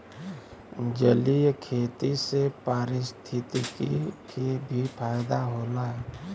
जलीय खेती से पारिस्थितिकी के भी फायदा होला